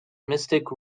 mystic